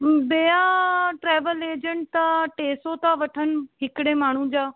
ॿिया travel agent त टे सौ था वठनि हिकिड़े माण्हू जा